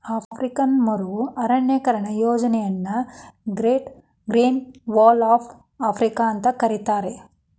African ಮರು ಅರಣ್ಯೇಕರಣ ಯೋಜನೆಯನ್ನ great green wall of Africa ಅಂತ ಕರೇತಾರ